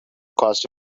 caused